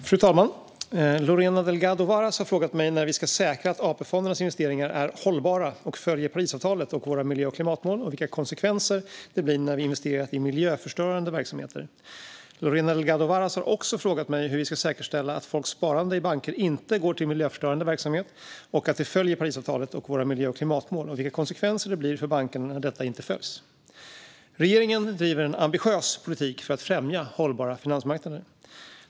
Fru talman! Lorena Delgado Varas har frågat mig när vi ska säkra att AP-fondernas investeringar är hållbara och följer Parisavtalet och våra miljö och klimatmål samt vilka konsekvenser det blir när vi investerar i miljöförstörande verksamheter. Lorena Delgado Varas har också frågat mig hur vi ska säkerställa att folks sparande i banker inte går till miljöförstörande verksamhet utan följer Parisavtalet och våra miljö och klimatmål samt vilka konsekvenser det blir för bankerna när detta inte följs. Regeringen driver en ambitiös politik för att främja hållbara finansmarknader.